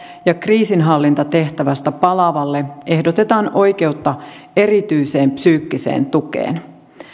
ja se että kriisinhallintatehtävästä palaavalle ehdotetaan oikeutta erityiseen psyykkiseen tukeen